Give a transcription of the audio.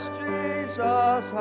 jesus